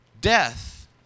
death